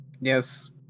yes